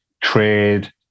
trade